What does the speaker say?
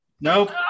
Nope